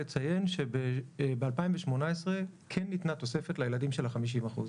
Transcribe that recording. לציין שב-2018 כן ניתנה תוספת לילדים של ה-50%.